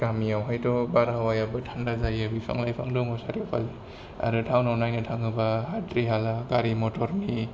गामियावहायथ' बार हावायाबो थांडा जायो बिफां लाइफां दंङ सारिय' फाले आरो टाउननाव नायनो थांङोबा है हारला गारि मटरनि